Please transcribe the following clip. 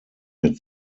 mit